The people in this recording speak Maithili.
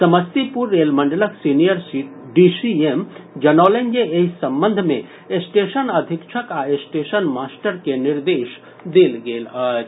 समस्तीपुर रेल मंडलक सीनियर डीसीएम जनौलनि जे एहि संबंध मे स्टेशन अधीक्षक आ स्टेशन मास्टर के निर्देश देल गेल अछि